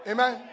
Amen